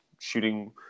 shooting